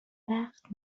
وقت